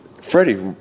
Freddie